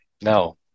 No